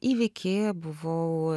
įvykį buvau